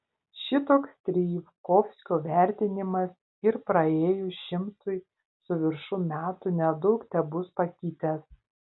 šitoks strijkovskio vertinimas ir praėjus šimtui su viršum metų nedaug tebus pakitęs